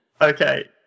Okay